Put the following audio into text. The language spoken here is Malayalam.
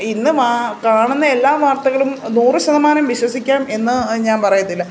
ഇന്ന് കാണുന്ന എല്ലാ വാർത്തകളും നൂറ് ശതമാനം വിശ്വസിക്കാം എന്ന് ഞാൻ പറയത്തില്ല